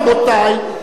רבותי,